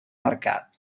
marcat